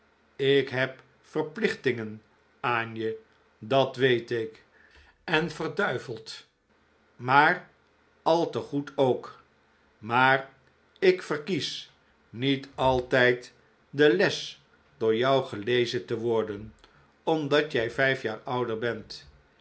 ik heb verplichtingen aan je dat weet ik en verd maar al te goed ook maar ik verkies niet altijd de les door jou gelezen te worden omdat jij vijf jaar ouder bent